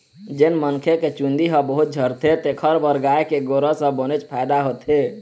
जेन मनखे के चूंदी ह बहुत झरथे तेखर बर गाय के गोरस ह बनेच फायदा होथे